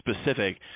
specific